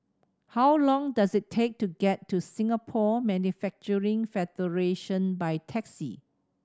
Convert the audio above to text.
how long does it take to get to Singapore Manufacturing Federation by taxi